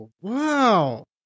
wow